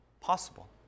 possible